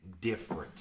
different